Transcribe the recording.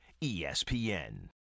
ESPN